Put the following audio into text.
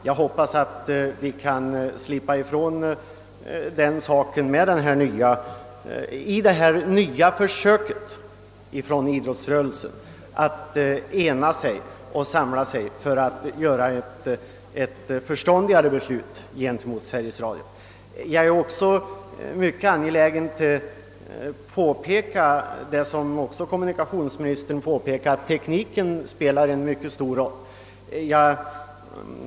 Jag hoppas att vi kan slippa den saken under detta nya försök från idrottsrörelsens sida att samla sig och få till stånd ett förståndigare avtal med Sveriges Radio. Jag är också angelägen att betona vad kommunikationsministern nämnde om att tekniken spelar en stor roll.